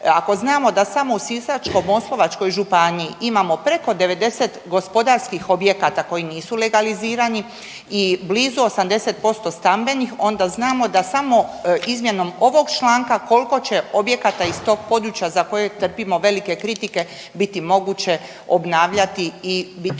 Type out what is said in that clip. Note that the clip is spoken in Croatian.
Ako znamo da samo u Sisačko-moslavačkoj županiji imamo preko 90 gospodarskih objekata koji nisu legalizirani i blizu 80% stambenih onda znamo da samo izmjenom ovog članka koliko će objekata iz tog područja za kojeg trpimo velike kritike biti moguće obnavljati i biti u